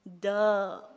duh